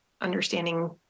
understanding